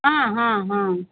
हाँ हाँ हाँ